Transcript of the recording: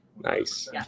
Nice